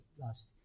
last